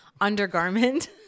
undergarment